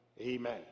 Amen